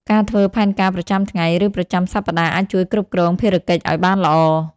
ការធ្វើផែនការប្រចាំថ្ងៃ ឬប្រចាំសប្តាហ៍អាចជួយគ្រប់គ្រងភារកិច្ចឱ្យបានល្អ។